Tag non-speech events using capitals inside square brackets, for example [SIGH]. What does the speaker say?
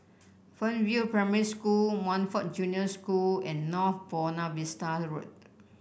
Fernvale Primary School Montfort Junior School and North Buona Vista [UNINTELLIGIBLE] Road